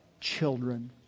children